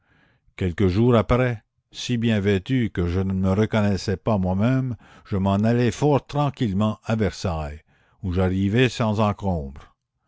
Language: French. quelques jours après si bien vêtue que je ne me reconnaissais pas moi-même je m'en allai fort tranquillement à versailles ou j'arrivai sans encombre